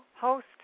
host